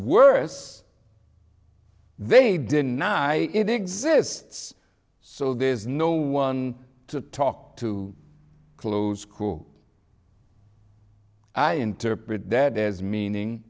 worse they deny it exists so there's no one to talk to close school i interpret that as meaning